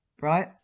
right